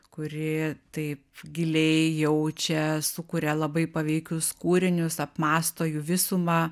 kuri taip giliai jaučia sukuria labai paveikius kūrinius apmąsto jų visumą